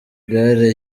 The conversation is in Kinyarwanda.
gare